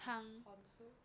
with corn soup